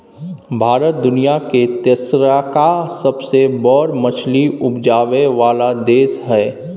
भारत दुनिया के तेसरका सबसे बड़ मछली उपजाबै वाला देश हय